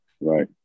Right